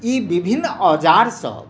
ई विभिन्न औजारसभ